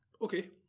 Okay